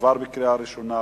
עברה בקריאה ראשונה,